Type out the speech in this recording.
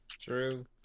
True